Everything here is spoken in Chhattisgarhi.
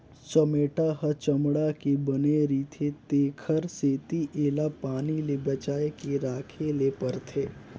चमेटा ह चमड़ा के बने रिथे तेखर सेती एला पानी ले बचाए के राखे ले परथे